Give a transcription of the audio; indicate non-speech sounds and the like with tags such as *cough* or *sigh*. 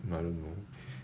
I don't know *laughs*